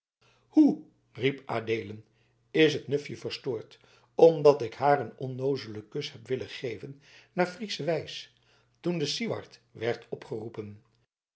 hoe riep adeelen is het nufje verstoord omdat ik haar een onnoozelen kus heb willen geven naar friesche wijs toen de siward werd opgeroepen